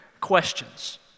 questions